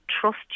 trust